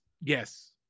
Yes